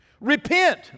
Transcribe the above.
repent